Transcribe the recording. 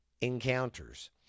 encounters